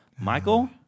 Michael